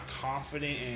confident